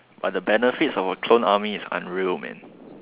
but the benefits of a clone army is unreal man